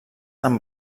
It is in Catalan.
amb